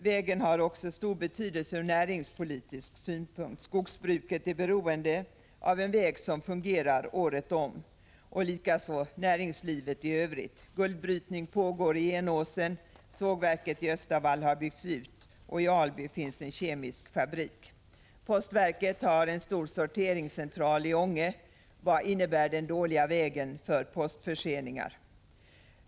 Vägen har också stor betydelse ur näringspolitisk synpunkt. Skogsbruket är beroende av en väg som fungerar året om, likaså näringslivet i övrigt. Guldbrytning pågår i Enåsen, sågverket i Östavall har byggts ut, i Alby finns en kemisk fabrik. Postverket har en stor sorteringscentral i Ånge. Vad innebär den dåliga vägen för postförseningar?